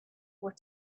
were